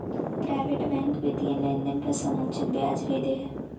private bank वित्तीय लेनदेन पर समुचित ब्याज भी दे हइ